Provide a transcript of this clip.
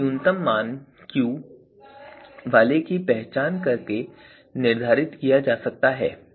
यह न्यूनतम मान Q वाले की पहचान करके निर्धारित किया जा सकता है